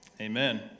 Amen